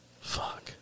Fuck